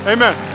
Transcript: Amen